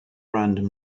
random